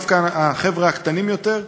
דווקא החבר'ה הקטנים יותר,